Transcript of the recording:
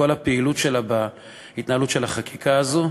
הפעילות שלה בהתנהלות של החקיקה הזאת,